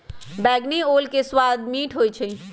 बइगनी ओल के सवाद मीठ होइ छइ